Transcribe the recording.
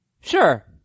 Sure